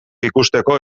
ikusteko